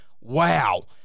Wow